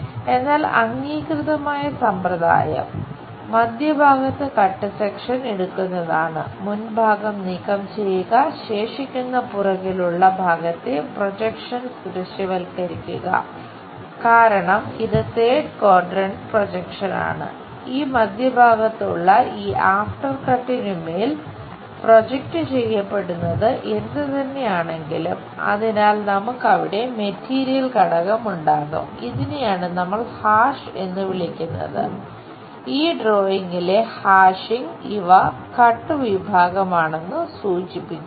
1 എന്നാൽ അംഗീകൃതമായ സമ്പ്രദായം മധ്യഭാഗത്ത് കട്ട് സെക്ഷൻ വിഭാഗമാണെന്ന് സൂചിപ്പിക്കുന്നു